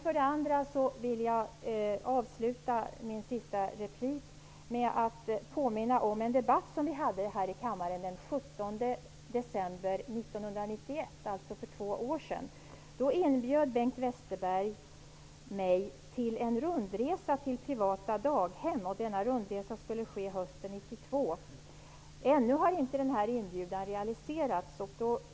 Jag vill avsluta min sista replik med att påminna om en debatt som vi hade här i kammaren den 17 december 1991, alltså för två år sedan. Då inbjöd Bengt Westerberg mig till en rundresa till privata daghem. Denna rundresa skulle ske hösten 1992. Ännu har inte denna inbjudan realiserats -- det har nu gått två år.